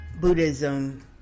Buddhism